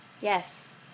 Yes